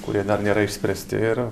kurie dar nėra išspręsti ir